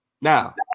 now